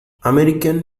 american